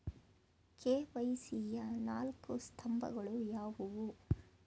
KYC ಯ ನಾಲ್ಕು ಸ್ತಂಭಗಳು ಯಾವುವು?